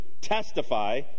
testify